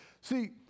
See